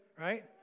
right